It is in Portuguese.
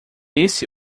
esse